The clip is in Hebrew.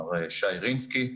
מר שי רינסקי,